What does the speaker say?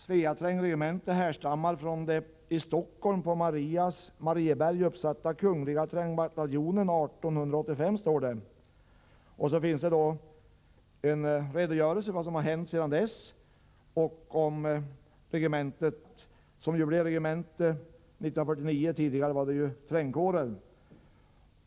”Svea trängregemente härstammar från den i Stockholm på Marieberg uppsatta Kungl. Trängbataljonen 1885”. Så står det i historiken. Där redogörs också för vad som hänt sedan dess. Regementet fick sitt nuvarande namn 1949 — tidigare hette det Svea trängkår.